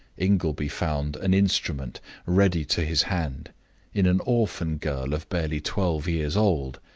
ingleby found an instrument ready to his hand in an orphan girl of barely twelve years old,